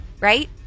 right